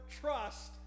trust